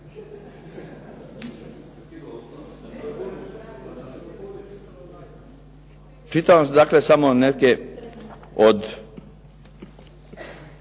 čitam vam dakle samo neke od